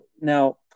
now